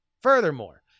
Furthermore